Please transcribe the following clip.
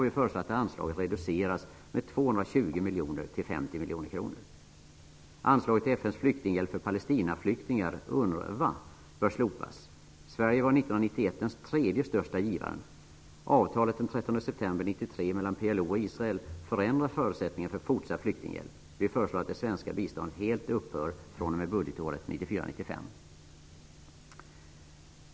Vi föreslår att anslaget reduceras med 220 Anslaget till FN:s flyktinghjälp för palestinaflyktingar, UNRWA, bör slopas. Sverige var år 1991 den tredje största givaren. Avtalen den 13 september 1993 mellan PLO och Israel förändrade förutsättningarna för fortsatt flyktinghjälp. Vi föreslår att det svenska biståndet helt upphör fr.o.m. budgetåret 1994/95.